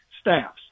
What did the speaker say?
staffs